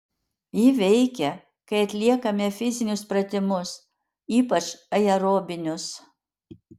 ji veikia kai atliekame fizinius pratimus ypač aerobinius